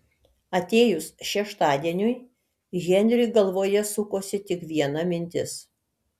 atėjus šeštadieniui henriui galvoje sukosi tik viena mintis